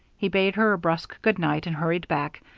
he bade her a brusque good-night, and hurried back,